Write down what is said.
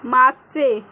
मागचे